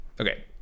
Okay